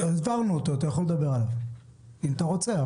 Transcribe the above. העברנו אותו, אתה יכול לדבר עליו אם אתה רוצה.